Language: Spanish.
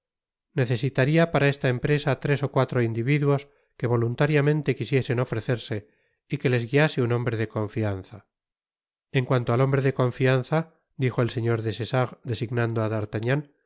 necesitaria para esta empresa tres ó cuatro individuos que voluntariamente quisieren ófrecerse y qne les guiase un hombre de confianza en cuanto al hombre de confianza dijo el señor des essarts designando á